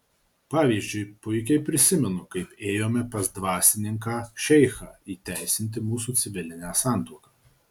pavyzdžiui puikiai prisimenu kaip ėjome pas dvasininką šeichą įteisinti mūsų civilinę santuoką